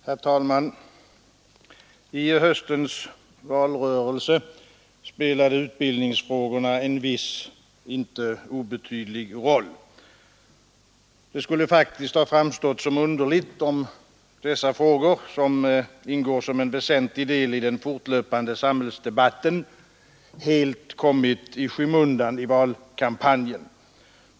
Herr talman! I höstens valrörelse spelade utbildningsfrågorna en viss och inte obetydlig roll. Det skulle faktiskt ha framstått som underligt om dessa frågor, som ingår som en väsentlig del i den fortlöpande samhällsdebatten, helt kommit i skymundan i valkampanjen.